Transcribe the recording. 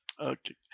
okay